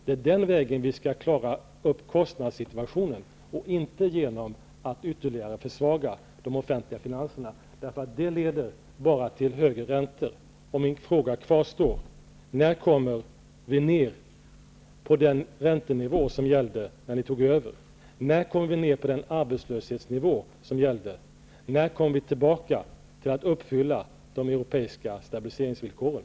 Det är den vägen vi skall klara kostnadssituationen, och inte genom att ytterligare försvaga de offentliga finanserna. Det leder bara till högre räntor. Mina frågor kvarstår: När kommer vi ner på den räntenivå som gällde när ni tog över? När kommer vi ner på den arbetslöshetsnivå som gällde? När kommer vi tillbaka så att vi kan uppfylla de europeiska stabiliseringsvillkoren?